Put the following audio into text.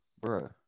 bro